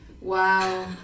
Wow